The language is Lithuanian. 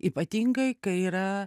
ypatingai kai yra